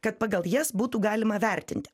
kad pagal jas būtų galima vertinti